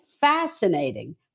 fascinating